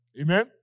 Amen